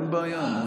אין בעיה.